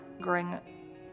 growing